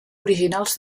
originals